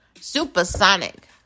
Supersonic